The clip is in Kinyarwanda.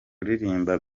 irimbi